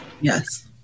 Yes